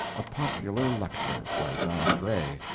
a popular lecture. by john gray,